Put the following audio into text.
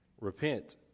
repent